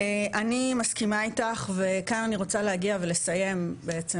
אני מסכימה איתך וכאן אני רוצה להגיע ולסיים בעצם,